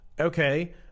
Okay